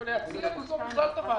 אני מציע לנעול בכלל את הוועדה,